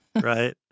right